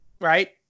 Right